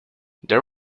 there